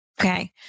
Okay